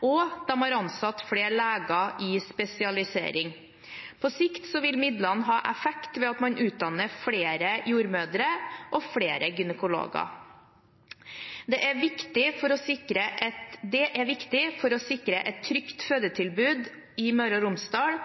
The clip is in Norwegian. og de har ansatt flere leger i spesialisering. På sikt vil midlene ha effekt ved at man utdanner flere jordmødre og flere gynekologer. Det er viktig for å sikre et trygt fødetilbud i Møre og Romsdal,